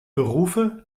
berufe